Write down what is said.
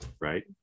right